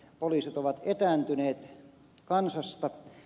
poliisit ovat etääntyneet kansasta